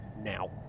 now